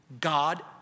God